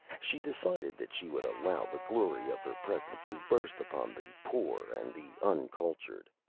she decided that she would allow the glory of her presence to burst upon the poor and the uncultured.